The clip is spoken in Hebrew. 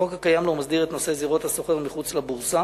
החוק הקיים לא מסדיר את נושא זירות הסוחר מחוץ לבורסה,